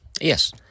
Yes